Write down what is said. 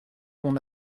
qu’on